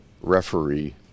referee